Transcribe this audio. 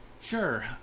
Sure